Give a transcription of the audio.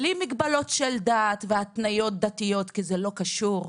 בלי מגבלות של דת והתניות דתיות, כי זה לא קשור.